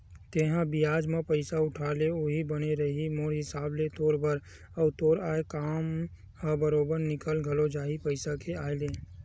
तेंहा बियाज म पइसा उठा ले उहीं बने रइही मोर हिसाब ले तोर बर, अउ तोर आय काम ह बरोबर निकल घलो जाही पइसा के आय ले